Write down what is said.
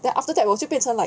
then after that 我变成 like